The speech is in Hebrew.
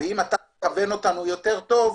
אם תכוון אותנו יותר טוב,